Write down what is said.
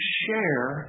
share